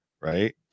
right